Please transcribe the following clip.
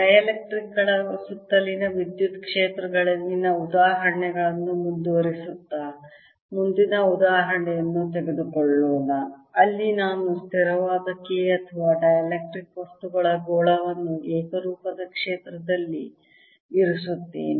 dielectric ಗಳ ಸುತ್ತಲಿನ ವಿದ್ಯುತ್ ಕ್ಷೇತ್ರಗಳಲ್ಲಿನ ಉದಾಹರಣೆಗಳನ್ನು ಮುಂದುವರಿಸುತ್ತಾ ಮುಂದಿನ ಉದಾಹರಣೆಯನ್ನು ತೆಗೆದುಕೊಳ್ಳೋಣ ಅಲ್ಲಿ ನಾನು ಸ್ಥಿರವಾದ K ಅಥವಾ ಡೈಸೆಲೆಕ್ಟ್ರಿಕ್ ವಸ್ತುಗಳ ಗೋಳವನ್ನು ಏಕರೂಪದ ಕ್ಷೇತ್ರದಲ್ಲಿ ಇರಿಸುತ್ತೇನೆ